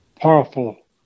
powerful